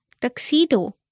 Tuxedo